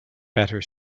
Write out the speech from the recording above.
better